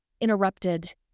interrupted